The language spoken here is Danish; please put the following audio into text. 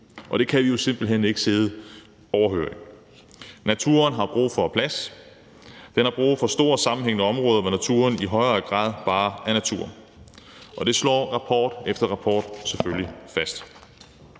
og det kan vi jo simpelt hen ikke sidde overhørig. Naturen har brug for plads. Den har brug for store sammenhængende områder, hvor naturen i højere grad bare er natur, og det slår rapport efter rapport selvfølgelig fast.